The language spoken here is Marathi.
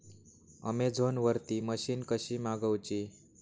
अमेझोन वरन मशीन कशी मागवची?